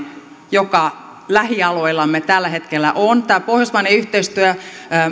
joka lähialueillamme tällä hetkellä on tämä pohjoismainen yhteistyö